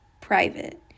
private